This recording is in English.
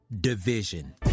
division